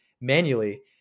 manually